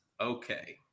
okay